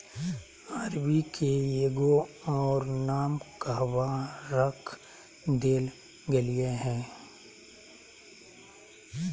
अरबी के एगो और नाम कहवा रख देल गेलय हें